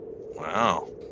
wow